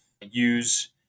use